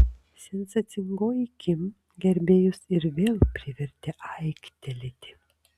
sensacingoji kim gerbėjus ir vėl privertė aiktelėti